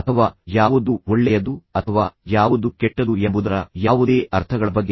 ಅಥವಾ ಯಾವುದು ಒಳ್ಳೆಯದು ಅಥವಾ ಯಾವುದು ಕೆಟ್ಟದು ಎಂಬುದರ ಯಾವುದೇ ಅರ್ಥಗಳ ಬಗ್ಗೆ ನಾವು ಗುರುತಿಸಲು ಕೆಲವು ಮಾರ್ಗದರ್ಶಿ ತತ್ವಗಳನ್ನು ಹೊಂದಬಹುದು